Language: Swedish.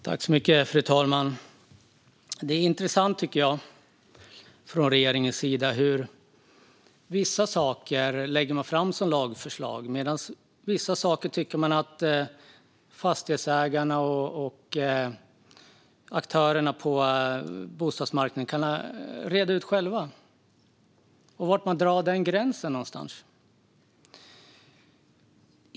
Fru talman! Jag tycker att det är intressant att man från regeringens sida lägger fram vissa saker som lagförslag men tycker att andra saker ska redas ut av fastighetsägarna och aktörerna på bostadsmarknaden själva. Var någonstans drar man den gränsen?